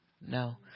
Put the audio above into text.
No